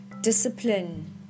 discipline